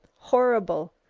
horrible!